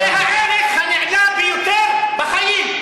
זה הערך הנעלה ביותר בחיים,